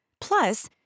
Plus